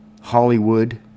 hollywood